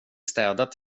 städat